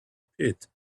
pit